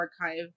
archive